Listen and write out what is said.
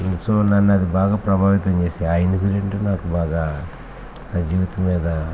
ఈ విషయంలో నన్ను అది బాగా ప్రభావితం చేసింది ఆ ఇన్సిడెంట్ నాకు బాగా నా జీవితం మీద